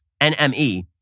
NME